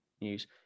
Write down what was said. news